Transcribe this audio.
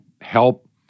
help